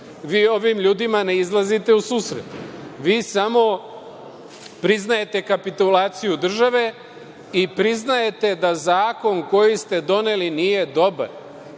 Vi ovim ljudima ne izlazite u susret, vi samo priznajete kapitulaciju države i priznajete da zakon koji ste doneli nije dobar. Da